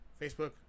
Facebook